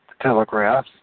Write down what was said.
Telegraph